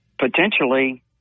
potentially